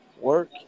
work